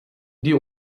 die